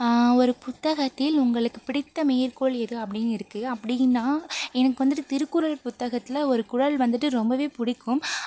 ஒரு புத்தகத்தில் உங்களுக்குப் பிடித்த மேற்கோள் எது அப்படினு இருக்கு அப்படின்னா எனக்கு வந்துட்டு திருக்குறள் புத்தகத்தில் ஒரு குறள் வந்துட்டு ரொம்ப பிடிக்கும்